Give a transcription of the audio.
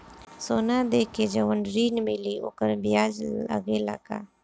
सोना देके जवन ऋण मिली वोकर ब्याज लगेला का?